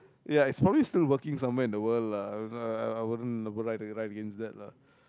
ya it's probably still working somewhere in the world lah I I wouldn't lie against that lah